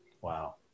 Wow